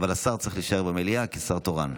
אבל השר צריך להישאר במליאה כשר תורן.